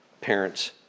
parents